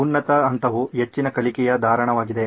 ಉನ್ನತ ಹಂತವು ಹೆಚ್ಚಿನ ಕಲಿಕೆಯ ಧಾರಣವಾಗಿದೆ